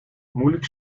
moeilijk